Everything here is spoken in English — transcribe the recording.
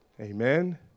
Amen